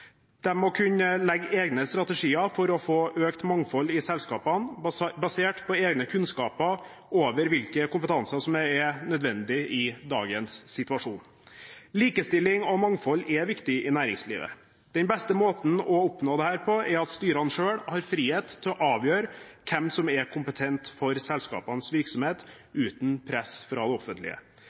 må kunne legge egne strategier for å få økt mangfold i selskapene, basert på egne kunnskaper om hvilken kompetanse som er nødvendig i dagens situasjon. Likestilling og mangfold er viktig i næringslivet. Den beste måten å oppnå dette på er at styrene selv har frihet til å avgjøre hvem som er kompetente for selskapenes virksomhet, uten press fra det offentlige.